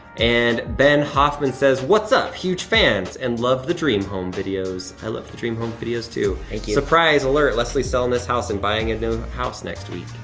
and ben hoffman what's up? huge fans, and love the dream home videos. i love the dream home videos too. thank you. surprise alert, leslie's selling this house, and buying a new house next week.